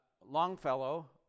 Longfellow